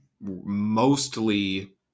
mostly